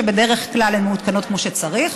שבדרך כלל הן מעודכנות כמו שצריך,